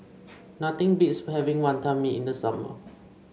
nothing beats having Wantan Mee in the summer